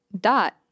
dot